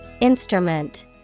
Instrument